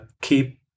keep